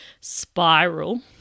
spiral